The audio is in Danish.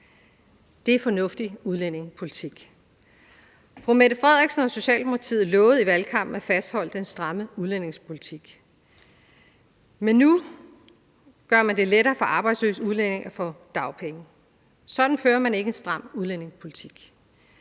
Det er en fornuftig udlændingepolitik. Fru Mette Frederiksen og Socialdemokratiet lovede i valgkampen at fastholde den stramme udlændingepolitik, men nu gør man det lettere for arbejdsløse udlændinge at få dagpenge. Sådan fører man ikke en stram udlændingepolitik.